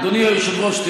אדוני היושב-ראש,